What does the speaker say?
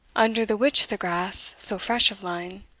under the which the grass, so fresh of line,